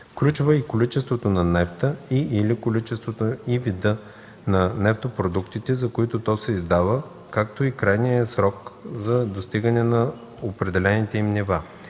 включва и количествата на нефта и/или количествата и вида на нефтопродуктите, за които то се издава, както и крайния срок за достигане на определените им нива.